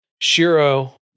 Shiro